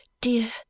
dear